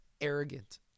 arrogant